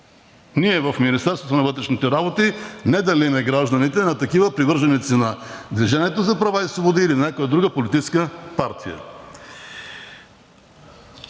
Ние в Министерството на вътрешните работи не делим гражданите на такива, привърженици на „Движение за права и свободи“ или някоя друга политическа партия.